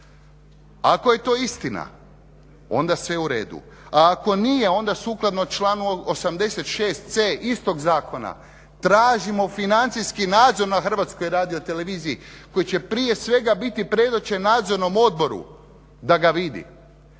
Ako je to istina, onda sve u redu, a ako nije onda sukladno članku 86. c istog zakona tražimo financijski nadzor na HRT-u koji će prije svega biti predočen Nadzornom odboru da ga vidi.